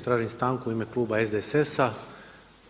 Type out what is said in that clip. Tražim stanku u ime kluba SDSS-a,